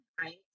right